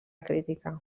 crítica